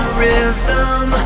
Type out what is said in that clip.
rhythm